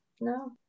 No